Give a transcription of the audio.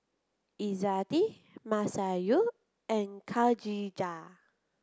Izzati Masayu and Khadija